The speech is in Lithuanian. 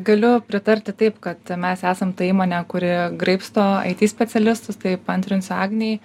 galiu pritarti taip kad mes esam ta įmonė kuri graibsto it specialistus tai paantrinsiu agnei